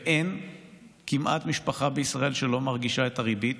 ואין כמעט משפחה בישראל שלא מרגישה את הריבית,